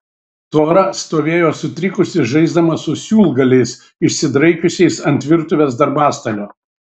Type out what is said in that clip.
tora stovėjo sutrikusi žaisdama su siūlgaliais išsidraikiusiais ant virtuvės darbastalio